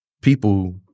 People